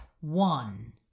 one